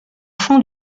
fond